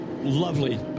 lovely